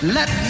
Let